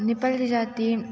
नेपाली जाति